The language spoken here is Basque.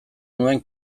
nuen